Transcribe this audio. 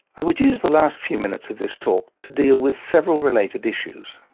i would use the last few minutes of this talk to deal with several related issues.